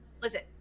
Listen